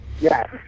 Yes